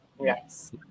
Yes